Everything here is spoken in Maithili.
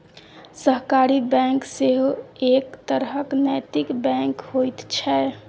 सहकारी बैंक सेहो एक तरहक नैतिक बैंक होइत छै